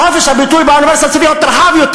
חופש הביטוי באוניברסיטה צריך להיות רחב יותר.